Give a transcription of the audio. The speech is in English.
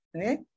Okay